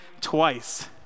twice